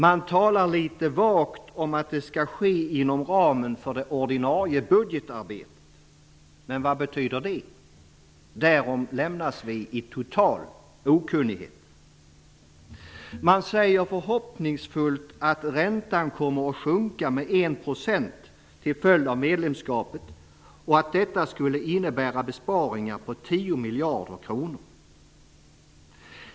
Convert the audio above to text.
Man talar litet vagt om att detta skall ske inom ramen för det ordinarie budgetarbetet. Men vad betyder det? Därom lämnas vi i total okunnighet. Man säger förhoppningsfullt att räntan kommer att sjunka med 1 % till följd av medlemskapet och att detta skulle innebära besparingar på 10 miljarder kronor.